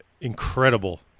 incredible